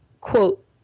quote